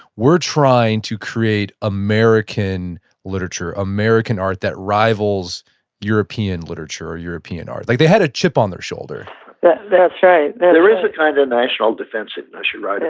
we're trying to create american literature, american art that rivals european literature or european art. like they had a chip on their shoulder but that's right there there is a kind of national defensiveness. you're right